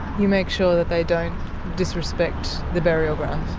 you make sure that they don't disrespect the burial grounds?